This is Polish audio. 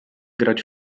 grać